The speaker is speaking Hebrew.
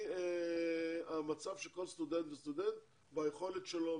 לפי המצב של כל סטודנט וסטודנט והיכולת שלו.